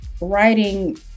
writing